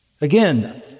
Again